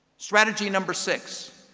strategy number six,